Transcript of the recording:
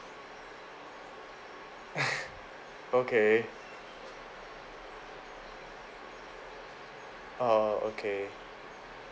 okay oh okay